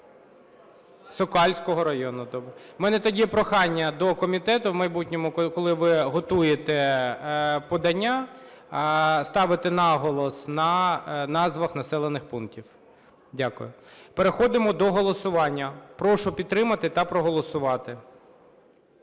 Сокальського району. У мене тоді прохання до комітету: в майбутньому, коли ви готуєте подання, ставити наголос на назвах населених пунктів. Дякую. Переходимо до голосування. Прошу підтримати та проголосувати.